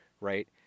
right